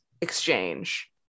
exchange